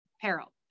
peril